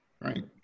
Right